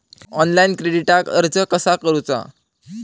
Online क्रेडिटाक अर्ज कसा करुचा?